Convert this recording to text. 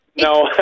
No